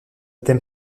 thème